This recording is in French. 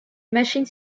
machines